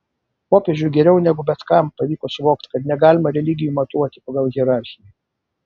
popiežiui geriau negu bet kam pavyko suvokti kad negalima religijų matuoti pagal hierarchiją